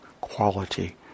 quality